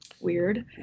weird